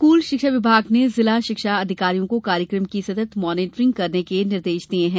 school शिक्षा विभाग ने जिला शिक्षा अधिकारियों को कार्यकम की सतत मॉनीटरिंग करने के निर्देश दिये हैं